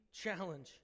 challenge